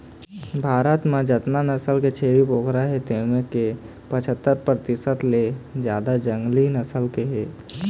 भारत म जतना नसल के छेरी बोकरा हे तेमा के पछत्तर परतिसत ले जादा जंगली नसल के हे